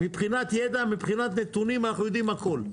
מבחינת ידע, מבחינת נתונים, אנחנו יודעים הכול.